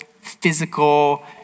physical